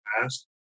past